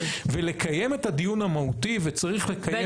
ולקיים את הדיון המהותי וצריך לקיים